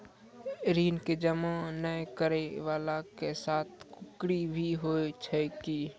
ऋण के जमा नै करैय वाला के साथ कुर्की भी होय छै कि?